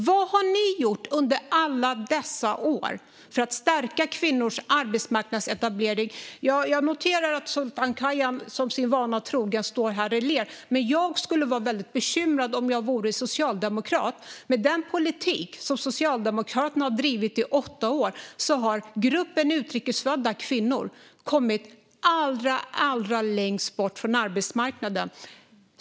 Vad har ni gjort under alla dessa år för att stärka kvinnors arbetsmarknadsetablering? Jag noterar att Sultan Kayhan sin vana trogen står här och ler, men jag skulle vara väldigt bekymrad om jag var socialdemokrat. Med den politik som Socialdemokraterna har drivit i åtta år har gruppen utrikesfödda kvinnor kommit allra längst bort från arbetsmarknaden.